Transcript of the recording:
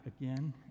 again